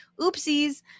Oopsies